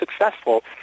successful